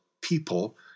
people